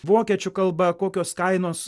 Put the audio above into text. vokiečių kalba kokios kainos